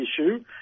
issue